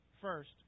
First